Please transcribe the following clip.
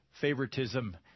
favoritism